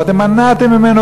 ואתם מנעתם ממנו,